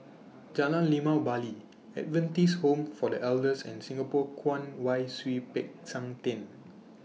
Jalan Limau Bali Adventist Home For The Elders and Singapore Kwong Wai Siew Peck San Theng